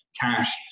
cash